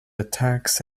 attacks